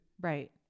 right